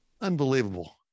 unbelievable